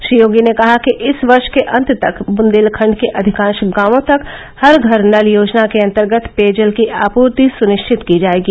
श्री योगी ने कहा कि इस वर्ष के अन्त तक बुन्देलखण्ड के अधिकाश गांवों तक हर घर नल योजना के अर्न्तगत पेयजल की आपूर्ति सुनिश्चित की जाएगी